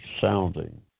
sounding